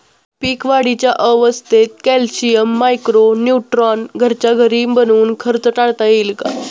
पीक वाढीच्या अवस्थेत calcium, micro neutron घरच्या घरी बनवून खर्च टाळता येईल का?